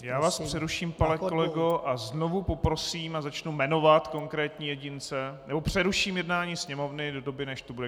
Já vás přeruším, pane kolego, a znovu poprosím a začnu jmenovat konkrétní jedince nebo přeruším jednání Sněmovny do doby než tu bude klid.